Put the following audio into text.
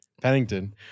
Pennington